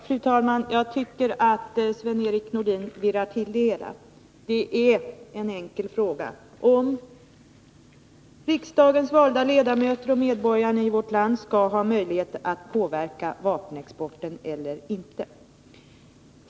Fru talman! Jag tycker att Sven-Erik Nordin virrar till det hela. Det är en enkel fråga att ta ställning till om riksdagens valda ledamöter och medborgarna i vårt land skall ha möjlighet att påverka vapenexporten eller inte.